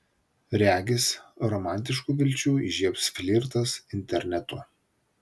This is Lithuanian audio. regis romantiškų vilčių įžiebs flirtas internetu